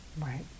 Right